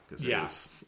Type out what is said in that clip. Yes